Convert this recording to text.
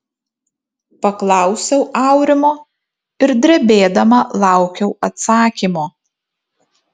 paklausiau aurimo ir drebėdama laukiau atsakymo